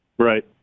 Right